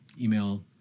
email